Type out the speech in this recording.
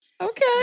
Okay